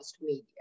media